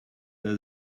has